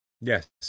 Yes